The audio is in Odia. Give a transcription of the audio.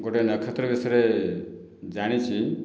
ଗୋଟିଏ ନକ୍ଷେତ୍ର ବିଷୟରେ ଜାଣିଛି